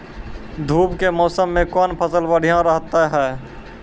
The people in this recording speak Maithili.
धूप के मौसम मे कौन फसल बढ़िया रहतै हैं?